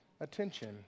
attention